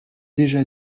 déjà